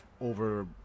over